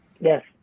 Yes